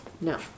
no